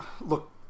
look